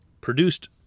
produced